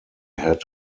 had